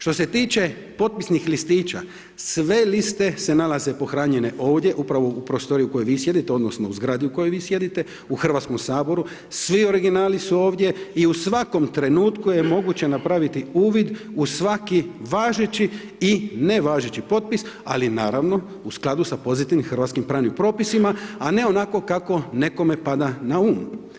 Što se tiče potpisnih listića, sve liste se nalaze pohranjene ovdje, upravo u prostoriji u kojoj vi sjedite odnosno u zgradi u kojoj vi sjedite u Hrvatskom saboru, svi originali su ovdje i u svakom trenutku je moguće napraviti uvid u svaki važeći i nevažeći potpis, ali naravno u skladu s pozitivnim hrvatskim pravim propisima, a ne onako kako nekome pada na um.